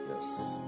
yes